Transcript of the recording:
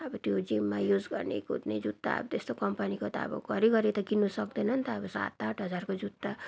अब त्यो जिममा युज गर्ने कुद्ने जुत्ता अब त्यस्तो कम्पनीको त अब घरी घरी त किन्नु सक्दैन नि त अब सात आठ हजारको जुत्ता